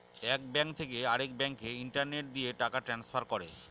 এক ব্যাঙ্ক থেকে আরেক ব্যাঙ্কে ইন্টারনেট দিয়ে টাকা ট্রান্সফার করে